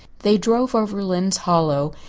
they drove over lynde's hollow,